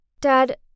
Dad